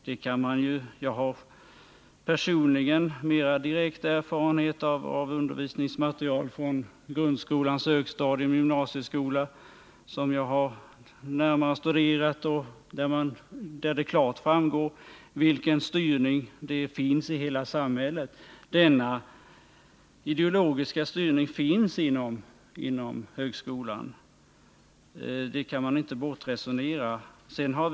Jag har personligen direkt erfarenhet av undervisningsmaterial från grundskolans högstadium och från gymnasieskolan, som jag har närmare studerat. Där framgår klart vilken styrning som förekommer i hela samhället. En ideologisk styrning sker inom högskolan. Det kan man inte resonera bort.